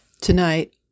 Tonight